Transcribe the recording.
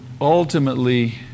ultimately